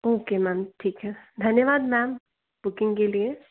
okay ma'am ठीक है धन्यवाद मैम बुकिंग के लिए